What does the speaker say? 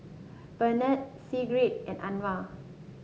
Benard Sigrid and Anwar